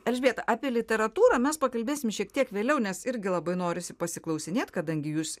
elžbieta apie literatūrą mes pakalbėsim šiek tiek vėliau nes irgi labai norisi pasiklausinėt kadangi jūs